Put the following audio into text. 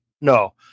No